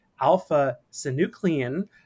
alpha-synuclein